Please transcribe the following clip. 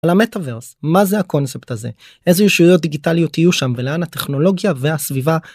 למטאוורס מה זה הקונספט הזה איזה יישויות דיגיטליות יהיו שם ולאן הטכנולוגיה והסביבה.